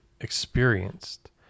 experienced